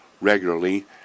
regularly